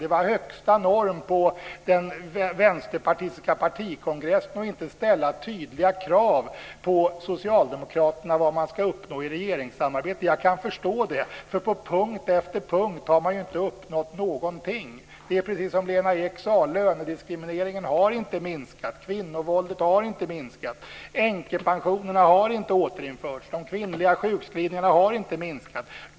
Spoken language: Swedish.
Det var högsta norm på den vänsterpartistiska partikongressen att inte ställa tydliga krav på socialdemokraterna när det gäller vad man ska uppnå i regeringssamarbete. Jag kan förstå det. På punkt efter punkt har man ju inte uppnått någonting. Det är precis som Lena Ek sade: Lönediskrimineringen har inte minskat. Kvinnovåldet har inte minskat. Änkepensionerna har inte återinförts. Kvinnors sjukskrivningar har inte minskat.